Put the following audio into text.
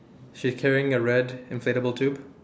she's carrying a red inflatable tube